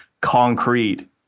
concrete